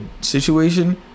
situation